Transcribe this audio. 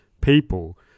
people